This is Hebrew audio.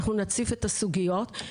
אנחנו נציף את הסוגיות.